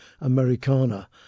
Americana